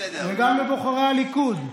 וגם לבוחרי הליכוד,